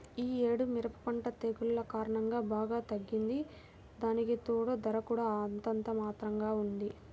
యీ యేడు మిరప పంట తెగుల్ల కారణంగా బాగా తగ్గింది, దానికితోడూ ధర కూడా అంతంత మాత్రంగానే ఉంది